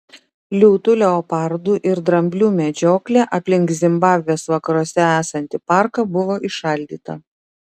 liūtų leopardų ir dramblių medžioklė aplink zimbabvės vakaruose esantį parką buvo įšaldyta